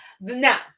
Now